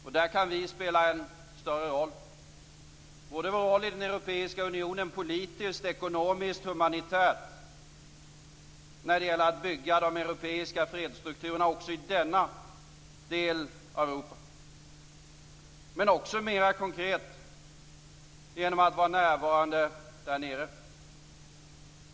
Och där kan vi spela en större roll, både i vår roll i den europeiska unionen, politiskt, ekonomiskt och humanitärt när det gäller att bygga de europeiska fredsstrukturerna också i denna del av Europa, men också mera konkret genom att vara närvarande där nere.